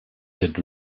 had